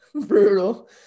brutal